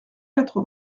quatre